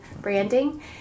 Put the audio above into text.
branding